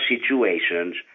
situations